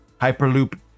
Hyperloop